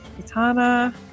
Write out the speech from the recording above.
katana